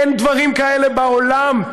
אין דברים כאלה בעולם,